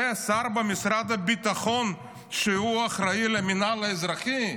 זה שר במשרד הביטחון שאחראי על המינהל האזרחי?